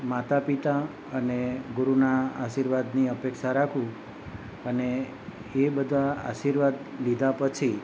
માતા પિતા અને ગુરૂના આશીર્વાદની અપેક્ષા રાખું અને એ બધા આશીર્વાદ લીધા પછી